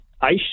ice